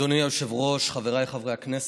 אדוני היושב-ראש, חבריי חברי הכנסת,